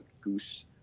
goose